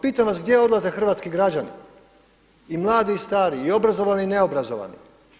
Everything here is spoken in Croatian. A pitam vas gdje odlaze hrvatski građani i mladi i stari, i obrazovani i neobrazovani?